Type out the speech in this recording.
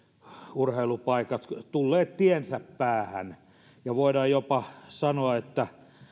urheilupaikat tulleet tiensä päähän ja voidaan jopa sanoa että